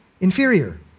inferior